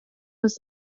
was